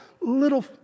little